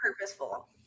purposeful